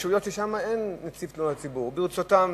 רשויות שאין בהן נציב תלונות הציבור, ברצותם